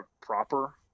proper